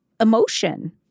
emotion